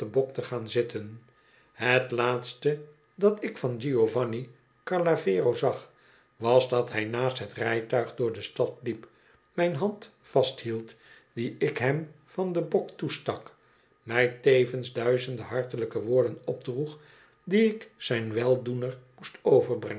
te gaan zitten het laatste dat ik van giovanni carlavero zag was dat hij naast het rijtuig door de stad liep mijn hand vasthield die ik hem van den bok toestak mij tevens duizenden hartelijke woorden opdroeg die ik zijn weldoener moest overbrengen